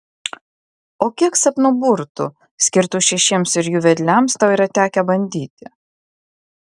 o kiek sapnų burtų skirtų šešiems ir jų vedliams tau yra tekę bandyti